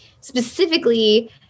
specifically